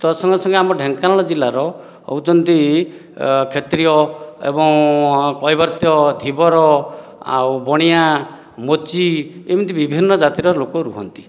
ତତ୍ ସଙ୍ଗେ ସଙ୍ଗେ ଆମ ଢେଙ୍କାନାଳ ଜିଲ୍ଲାର ହେଉଛନ୍ତି କ୍ଷେତ୍ରୀୟ ଏବଂ କୈବର୍ତ୍ତ ଧୀବର ଆଉ ବଣିଆ ମୋଚି ଏମିତି ବିଭିନ୍ନ ଜାତିର ଲୋକ ରୁହନ୍ତି